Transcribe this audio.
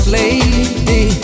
lady